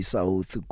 South